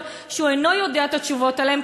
שהוא אינו יודע את התשובות עליהן,